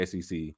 SEC